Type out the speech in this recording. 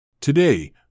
today